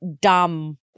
dumb